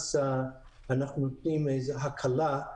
אז אנחנו נותנים איזו הקלה,